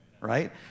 right